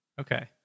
Okay